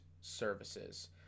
services